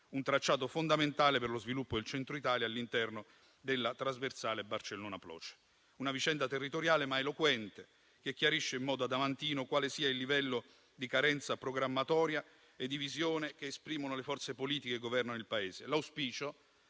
un tracciato fondamentale per lo sviluppo del Centro Italia all'interno della trasversale Barcellona-Ploce. Una vicenda territoriale, ma eloquente, che chiarisce in modo adamantino quale sia il livello di carenza programmatoria e di visione che esprimono le forze politiche che governano il Paese.